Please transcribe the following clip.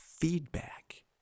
feedback